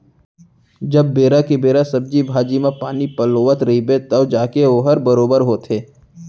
जब बेरा के बेरा सब्जी भाजी म पानी पलोवत रइबे तव जाके वोहर बरोबर होथे